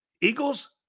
Eagles